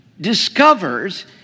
discovers